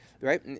Right